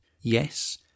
Yes